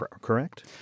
Correct